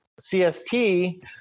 CST